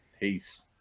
Peace